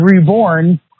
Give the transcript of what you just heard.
reborn